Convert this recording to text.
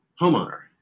homeowner